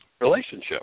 relationship